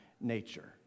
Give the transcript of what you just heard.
nature